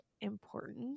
important